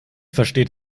versteht